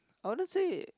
I wouldn't say